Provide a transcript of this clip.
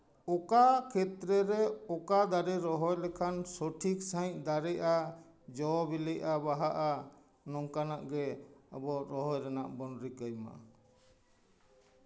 ᱚᱠᱟ ᱠᱷᱮᱛᱨᱮ ᱨᱮ ᱚᱠᱟ ᱫᱟᱨᱮ ᱨᱚᱦᱚᱭ ᱞᱮᱠᱷᱟᱱ ᱥᱚᱴᱷᱤᱠ ᱥᱟᱺᱦᱤᱡ ᱫᱟᱨᱮᱜᱼᱟ ᱡᱚ ᱵᱤᱞᱤᱜᱼᱟ ᱵᱟᱦᱟᱜᱼᱟ ᱱᱚᱝᱠᱟᱱᱟᱜ ᱜᱮ ᱟᱵᱚ ᱨᱚᱦᱚᱭ ᱨᱮᱱᱟᱜ ᱵᱚᱱ ᱨᱤᱠᱟᱹᱭ ᱢᱟ